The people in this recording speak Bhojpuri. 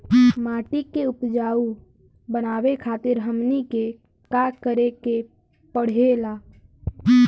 माटी के उपजाऊ बनावे खातिर हमनी के का करें के पढ़ेला?